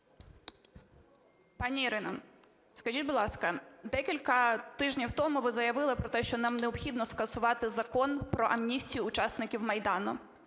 Пані Ірина, скажіть, будь ласка, декілька тижнів тому ви заявили про те, що нам необхідно скасувати Закон про амністію учасників Майдану.